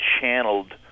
channeled